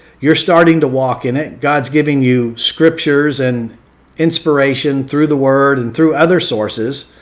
you're starting to walk in it. god's giving you scriptures and inspiration through the word and through other sources.